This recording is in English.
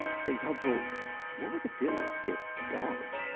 for example what would it feel like to be a dog?